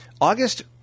August